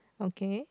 okay